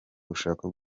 ushaka